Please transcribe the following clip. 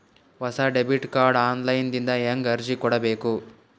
ಹೊಸ debit card online ದಿಂದ ಹೇಂಗ ಅರ್ಜಿ ಕೊಡಬೇಕು?